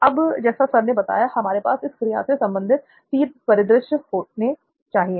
अब जैसा सर ने बताया हमारे पास इस क्रिया से संबंधित 3 परिदृश्य होने चाहिए